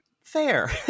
fair